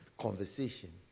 conversation